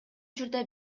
учурда